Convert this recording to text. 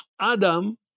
Adam